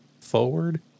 forward